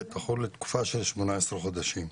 שתחול לתקופה של 18 חודשים.